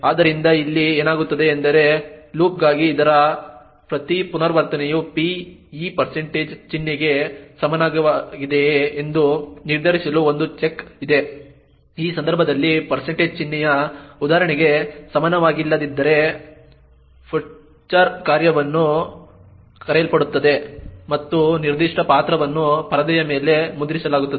ಆದ್ದರಿಂದ ಇಲ್ಲಿ ಏನಾಗುತ್ತದೆ ಎಂದರೆ ಲೂಪ್ಗಾಗಿ ಇದರ ಪ್ರತಿ ಪುನರಾವರ್ತನೆಯು p ಈ ಚಿಹ್ನೆಗೆ ಸಮಾನವಾಗಿದೆಯೇ ಎಂದು ನಿರ್ಧರಿಸಲು ಒಂದು ಚೆಕ್ ಇದೆ ಇದು ಈ ಸಂದರ್ಭದಲ್ಲಿ ಚಿಹ್ನೆಯ ಉದಾಹರಣೆಗೆ ಸಮಾನವಾಗಿಲ್ಲದಿದ್ದರೆ ಪುಟ್ಚಾರ್ ಕಾರ್ಯವನ್ನು ಕರೆಯಲಾಗುತ್ತದೆ ಮತ್ತು ನಿರ್ದಿಷ್ಟ ಪಾತ್ರವನ್ನು ಪರದೆಯ ಮೇಲೆ ಮುದ್ರಿಸಲಾಗುತ್ತದೆ